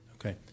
Okay